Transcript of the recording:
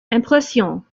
impression